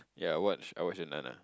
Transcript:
yea I watch I watch in Nun ah